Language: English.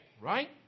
right